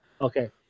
Okay